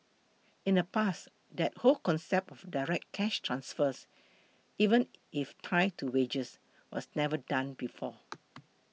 in the past that whole concept of direct cash transfers even if tied to wages was never done before